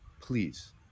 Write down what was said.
please